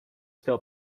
still